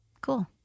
Cool